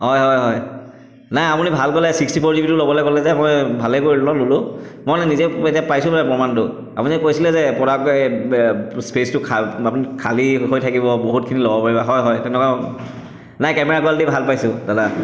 হয় হয় হয় নাই আপুনি ভাল ক'লে ছিক্সটি ফ'ৰ জিবিটো ল'বলৈ ক'লে যে মই ভালে কৰিলো ন ল'লো মই নিজেই এতিয়া পাইছো মানে প্ৰমাণটো আপুনি কৈছিলে যে প্ৰডাক্ট স্পে'চটো খা আপ খালী হৈ থাকিব বহুতখিনি ল'ব পাৰিব হয় হয় তেনেকুৱা নাই কেমেৰা কোৱালিটি ভাল পাইছো দাদা